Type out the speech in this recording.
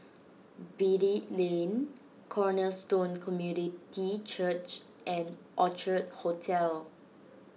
Beatty Lane Cornerstone Community Church and Orchard Hotel